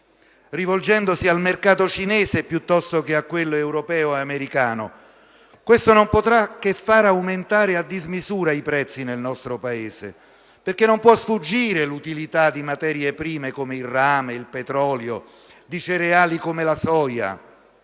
rivolgendosi al mercato cinese piuttosto che a quello europeo e americano. Questo non potrà che far aumentare a dismisura i prezzi nel nostro Paese, perché non può sfuggire l'utilità di materie prime come il rame e il petrolio, e di cereali, come la soia,